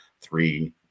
three